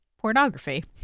pornography